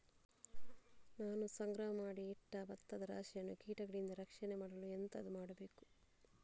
ನಾನು ಸಂಗ್ರಹ ಮಾಡಿ ಇಟ್ಟ ಭತ್ತದ ರಾಶಿಯನ್ನು ಕೀಟಗಳಿಂದ ರಕ್ಷಣೆ ಮಾಡಲು ಎಂತದು ಮಾಡಬೇಕು?